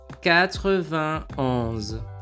quatre-vingt-onze